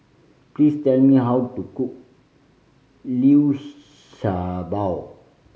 please tell me how to cook liu sha bao